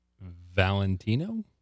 valentino